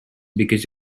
because